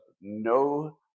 no